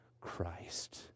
Christ